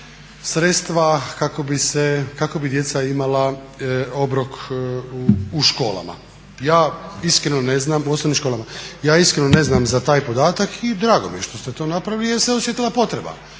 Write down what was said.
sredstva kako bi djeca imala obrok u osnovnim školama. Ja iskreno ne znam za taj podatak i drago mi je što ste to napravili jer se osjetila potreba.